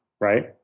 right